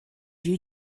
you